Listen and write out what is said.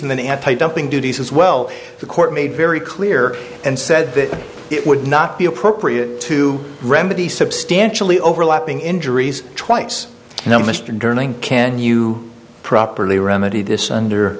and then anti dumping duties as well the court made very clear and said that it would not be appropriate to remedy substantially overlapping injuries twice now mr durning can you properly remedy this under